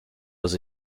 dass